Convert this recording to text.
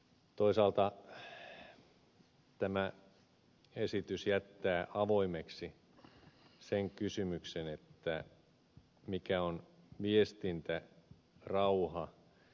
toisaalta tämä esitys jättää avoimeksi sen kysymyksen mikä on viestintärauha